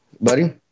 buddy